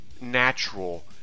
natural